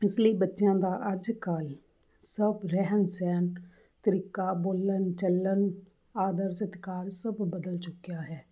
ਇਸ ਲਈ ਬੱਚਿਆਂ ਦਾ ਅੱਜ ਕੱਲ੍ਹ ਸਭ ਰਹਿਣ ਸਹਿਣ ਤਰੀਕਾ ਬੋਲਣ ਚੱਲਣ ਆਦਰ ਸਤਿਕਾਰ ਸਭ ਬਦਲ ਚੁੱਕਿਆ ਹੈ